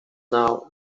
now